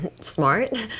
smart